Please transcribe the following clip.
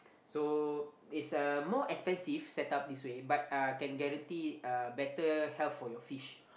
so is uh more expensive set up this way but uh can guarantee a better health for your fish